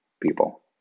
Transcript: people